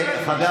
חבר